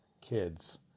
kids